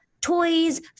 toys